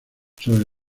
sobre